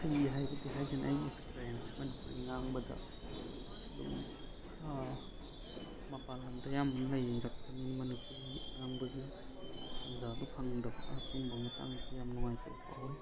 ꯐꯩ ꯍꯥꯏꯕꯗꯤ ꯍꯥꯏꯖꯅꯤ ꯑꯩꯒꯤ ꯑꯦꯛꯁꯄꯔꯦꯟꯁ ꯃꯅꯤꯄꯨꯔꯤ ꯉꯥꯡꯕꯗ ꯑꯗꯨꯝ ꯈꯔ ꯃꯄꯥꯟ ꯂꯝꯗ ꯑꯌꯥꯝꯕ ꯂꯩꯔꯛꯄꯅꯤ ꯃꯅꯤꯄꯨꯔꯤ ꯉꯥꯡꯕꯒꯤ ꯇꯟꯖꯥꯗꯨ ꯐꯪꯗꯕ ꯑꯁꯨꯝꯕ ꯃꯇꯥꯡꯁꯨ ꯌꯥꯝ ꯅꯨꯡꯉꯥꯏꯇꯕ ꯐꯥꯎꯋꯦ